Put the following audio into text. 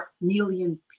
million